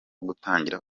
gutangira